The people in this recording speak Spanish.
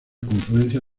confluencia